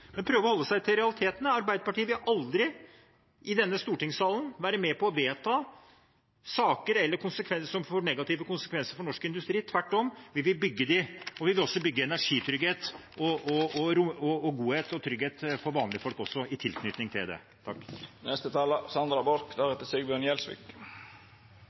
å holde seg til realitetene. Arbeiderpartiet vil aldri i denne stortingssalen være med på å vedta saker som får negative konsekvenser for norsk industri. Tvert om vil vi bygge den, og vi vil også bygge energitrygghet, godhet og trygghet for vanlige folk i tilknytning til det.